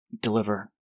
Deliver